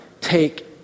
take